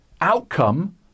outcome